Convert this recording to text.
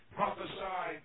prophesy